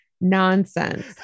nonsense